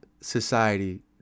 society